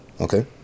Okay